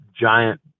giant